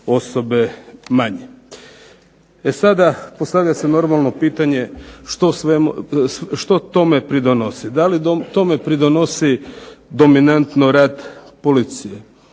E sada, postavlja se normalno pitanje što tome pridonosi? Da li tome pridonosi dominantno rad policije?